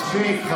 מספיק.